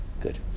Good